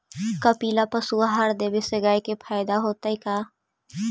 कपिला पशु आहार देवे से गाय के फायदा होतै का?